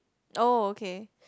oh okay